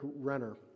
Renner